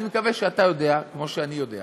אני מקווה שאתה יודע, כמו שאני יודע,